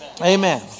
Amen